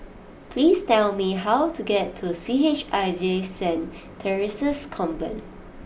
please tell me how to get to C H I J St Theresa's Convent